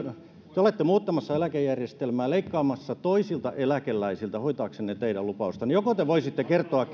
te te olette muuttamassa eläkejärjestelmää leikkaamassa toisilta eläkeläisiltä hoitaaksenne teidän lupaustanne joko te voisitte kertoa